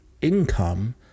income